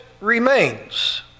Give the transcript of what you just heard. remains